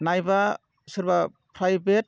नायब्ला सोरबा प्राइभेट